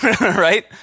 Right